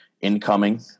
incoming